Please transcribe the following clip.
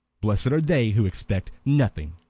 blessed are they who expect nothing!